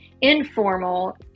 informal